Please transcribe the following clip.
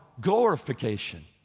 glorification